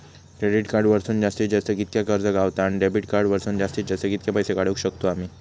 Credit card वरसून जास्तीत जास्त कितक्या कर्ज गावता, आणि डेबिट कार्ड वरसून जास्तीत जास्त कितके पैसे काढुक शकतू आम्ही?